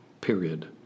period